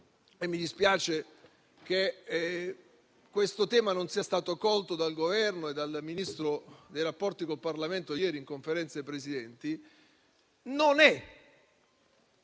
e mi dispiace che questo tema non sia stato colto dal Governo e dal Ministro per i rapporti con il Parlamento ieri in Conferenza dei Capigruppo - non è